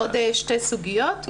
עוד שתי סוגיות.